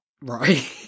Right